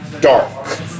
dark